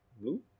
blue